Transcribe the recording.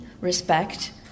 respect